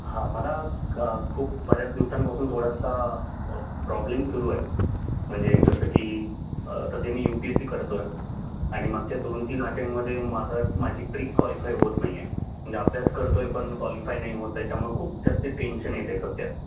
हां मला क खूप बऱ्याच दिवसांपासून थोडासा प्रॉब्लेम सुरू आहे म्हणजे जसं की सध्या मी यू पी एस सी करतो आहे आणि मागच्या दोन तीन आटेममध्ये माझा माझी प्री कॉलिफाय होत नाही आहे म्हणजे अभ्यास करतो आहे पण कॉलिफाय नाही होत आहे त्यामुळे खूप जास्त टेन्शन येत आहे सध्या